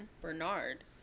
Bernard